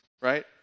right